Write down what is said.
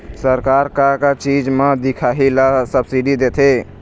सरकार का का चीज म दिखाही ला सब्सिडी देथे?